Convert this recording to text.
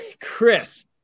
Chris